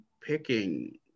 picking